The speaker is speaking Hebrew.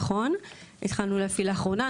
נכון, התחלנו להפעיל לאחרונה.